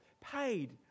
paid